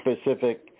specific